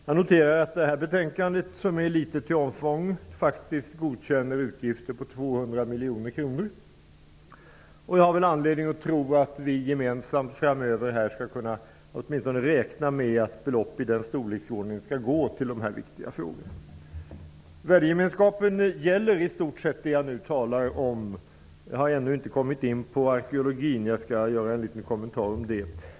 Jag noterar att vi i detta betänkande, som är litet till omfång, faktiskt godkänner utgifter på 200 miljoner kronor. Jag har anledning att tro att vi gemensamt framöver skall kunna räkna med att belopp i den storleksordningen skall gå till dessa viktiga ändamål. Värdegemenskapen gäller i stort sett det jag nu talar om. Jag har ännu inte kommit in på arkeologin -- jag skall senare göra en liten kommentar om den.